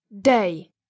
Day